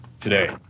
today